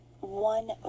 one